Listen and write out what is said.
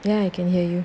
ya I can hear you